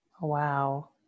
wow